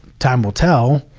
time will tell,